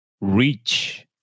reach